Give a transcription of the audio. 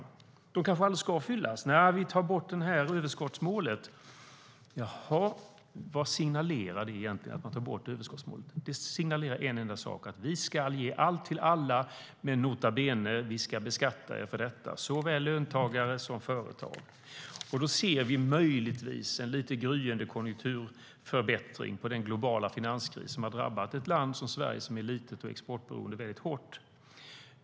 De kanske aldrig ska fyllas. Vi tar bort överskottsmålet. Jaha! Vad signalerar det egentligen att ta bort överskottsmålet? Det signalerar en enda sak, nämligen att vi ska ge allt till alla, men nota bene att vi ska beskatta er för detta, såväl löntagare som företag. Vi ser möjligtvis en liten gryende konjunkturförbättring på den globala finanskrisen, som har drabbat ett land som Sverige som är litet och exportberoende hårt.